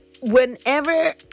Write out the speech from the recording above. Whenever